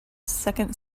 second